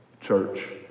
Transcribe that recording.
Church